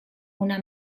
una